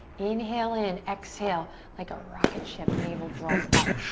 inhale in. exhale like a rocket ship navel draws up.